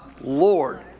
Lord